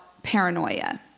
paranoia